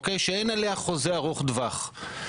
שאין עליה חוזה ארוך טווח.